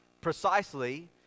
precisely